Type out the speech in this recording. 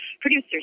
producers